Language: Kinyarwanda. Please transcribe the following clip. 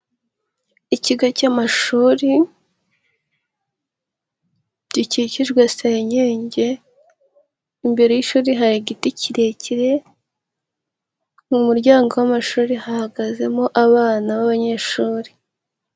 Ikigo cy'amashuri gikikijwe senyenge, imbere y'ishuri hari igiti kirekire, mu muryango w'amashuri hahagazemo abana b'abanyeshuri.